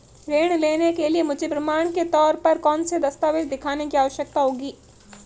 ऋृण लेने के लिए मुझे प्रमाण के तौर पर कौनसे दस्तावेज़ दिखाने की आवश्कता होगी?